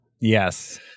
Yes